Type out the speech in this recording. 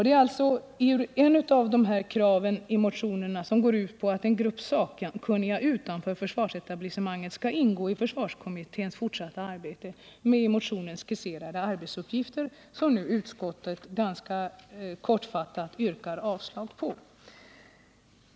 Ett av kraven i motionen går ut på att en grupp sakkunniga utanför försvarsetablissemanget skall ingå i försvarskommitténs fortsatta arbete med i motionen skisserade arbetsuppgifter. Det är det som utskottet nu ganska kortfattat yrkat avslag på.